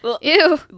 Ew